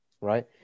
Right